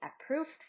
approved